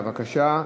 בבקשה.